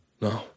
No